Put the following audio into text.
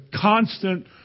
constant